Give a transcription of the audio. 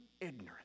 ignorant